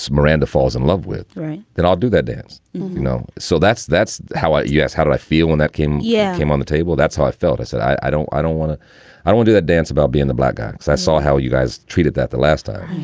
miranda falls in love with. right. then i'll do that dance, you know. so that's that's how i. yes. how do i feel when that can. yeah. i'm on the table. that's how i felt. i said i don't i don't want i don't do that dance about being the black guy. so i saw how you guys treated that the last time.